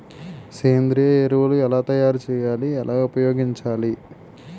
సేంద్రీయ ఎరువులు ఎలా తయారు చేయాలి? ఎలా ఉపయోగించాలీ?